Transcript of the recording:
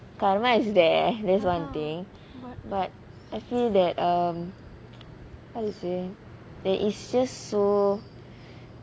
karma is there that's one thing but I feel that um how to say there is just so